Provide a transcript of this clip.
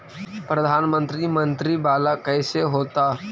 प्रधानमंत्री मंत्री वाला कैसे होता?